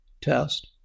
test